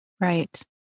Right